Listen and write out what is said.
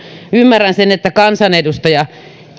ymmärrän sen että kansanedustaja